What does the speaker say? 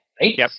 right